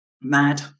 Mad